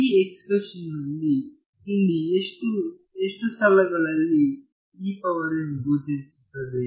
ಈ ಎಕ್ಸ್ಪ್ರೆಶನ್ಯಲ್ಲಿ ಇಲ್ಲಿ ಎಷ್ಟು ಎಷ್ಟು ಸ್ಥಳಗಳಲ್ಲಿ ಗೋಚರಿಸುತ್ತವೆ